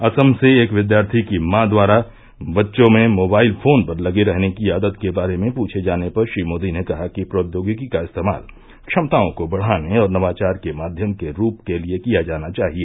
असम से एक विद्यार्थी की मां द्वारा बच्चों में मोबाइल फोन पर लगे रहने की आदत के बारे में पूछे जाने पर श्री मोदी ने कहा कि प्रौद्योगिकी का इस्तेमाल क्षमताओं को बढ़ाने और नवाचार के माध्यम के रूप के लिए किया जाना चाहिए